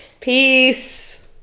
Peace